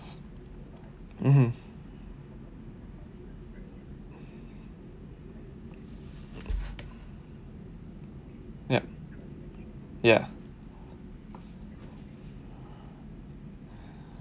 mmhmm yup ya